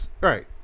right